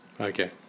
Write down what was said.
Okay